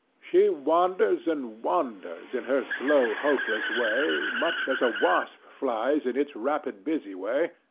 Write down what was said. she wanders and wanders in her slow hopeless way, much as a wasp flies in its rapid busy way,